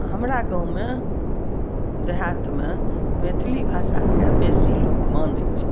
हमरा गाँवमे देहातमे मैथली भाषाके बेसी लोक मानै छै